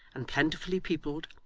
and plentifully peopled,